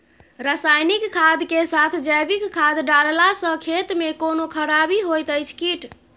रसायनिक खाद के साथ जैविक खाद डालला सॅ खेत मे कोनो खराबी होयत अछि कीट?